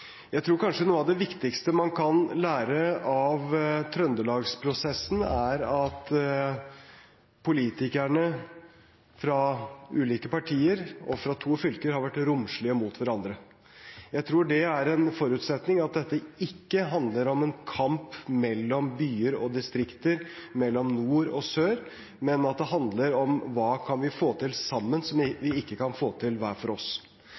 Jeg tror kanskje at noe av det viktigste man kan lære av Trøndelags-prosessen, er at politikerne fra ulike partier og fra to fylker har vært romslige mot hverandre. Jeg tror det er en forutsetning at dette ikke handler om en kamp mellom byer og distrikter, mellom nord og sør, men om hva vi kan få til sammen som vi ikke kan få til hver for oss.